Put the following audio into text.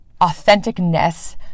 authenticness